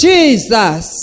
Jesus